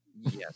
Yes